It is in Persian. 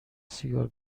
سیگار